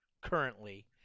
currently